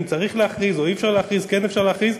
צריך להכריז או אי-אפשר או כן אפשר להכריז,